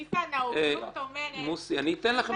מוסי, אני אתן לך לדבר.